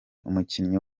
umukinnyi